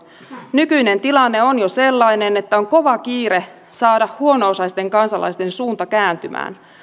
nykyinen tilanne on jo sellainen että on kova kiire saada huono osaisten kansalaisten suunta kääntymään